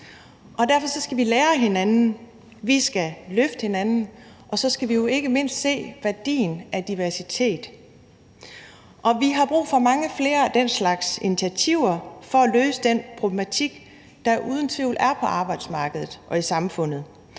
Derfor skal vi lære af hinanden, vi skal løfte hinanden, og så skal vi jo ikke mindst se værdien af diversitet. Vi har brug for mange flere af den slags initiativer for at løse den problematik, der uden tvivl er på arbejdsmarkedet og i samfundet.